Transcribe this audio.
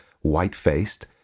white-faced